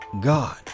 God